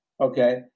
Okay